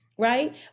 right